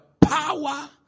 power